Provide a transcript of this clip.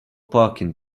parking